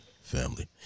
family